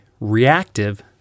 reactive